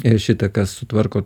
i šitą kas sutvarko